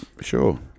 Sure